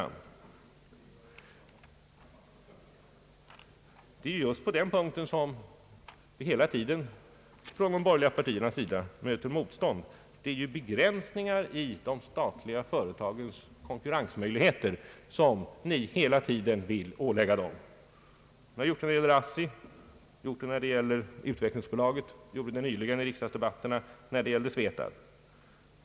Men på den punkten möter vi hela tiden motstånd från de borgerliga partiernas sida. Ni vill få till stånd begränsningar i de statliga företagens konkurrensmöjligheter. Ni har gjort det när det gäller ASSI, när det gäller utvecklingsbolaget och nyligen i riksdagsdebatterna när det gällde Svetab.